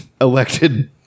elected